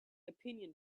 opinion